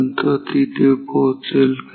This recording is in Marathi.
पण तो तिथे पोहोचेल का